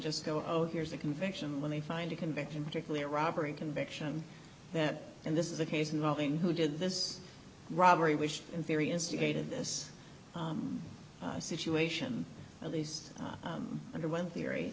just go oh here's a conviction when they find a conviction particularly a robbery conviction that and this is a case involving who did this robbery which in theory instigated this situation at least under one theory